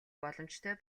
боломжтой